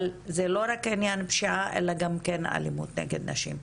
זה לא רק עניין של פשיעה אלא גם אלימות נגד נשים.